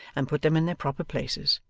and put them in their proper places,